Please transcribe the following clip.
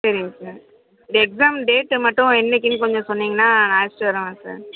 சரிங்க sir exam டேட்டை மட்டும் என்னக்கின்னு கொஞ்சம் சொன்னீங்கன்னா நான் அழைச்சிட்டு வருவேன் சார்